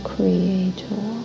Creator